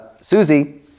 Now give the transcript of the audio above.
Susie